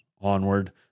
onward